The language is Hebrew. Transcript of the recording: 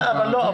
כאן לא.